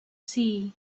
sea